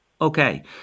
Okay